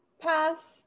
Pass